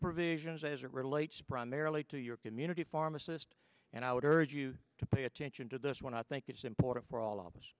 provisions as it relates primarily to your community pharmacist and i would urge you to pay attention to this one i think it's important for all of us